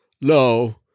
No